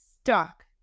stuck